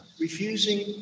Refusing